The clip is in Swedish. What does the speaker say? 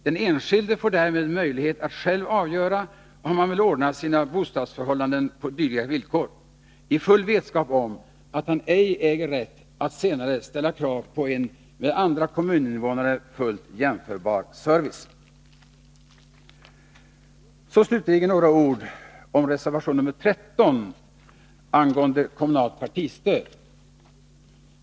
Den enskilde får därmed möjlighet att själv avgöra om han vill ordna sina bostadsförhållanden på dylika villkor, i full vetskap om att han ej äger rätt att senare ställa krav på en med andra kommuninnevånare fullt jämförbar service. Så slutligen några ord om reservation 13 om kommunalt partistöd.